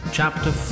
Chapter